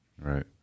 Right